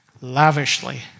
lavishly